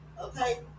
Okay